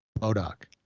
Modoc